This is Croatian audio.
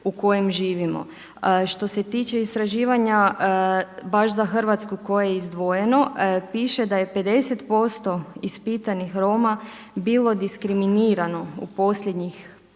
u kojem živimo. Što se tiče istraživanja baš za Hrvatsku koje je izdvojeno piše da je 50% ispitanih Roma bilo diskriminirano u posljednjih